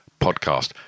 podcast